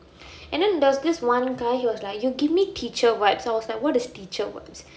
and then there was this one guy he was like you give me teacher vibes I was like what is teacher vibes